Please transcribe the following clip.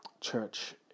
Church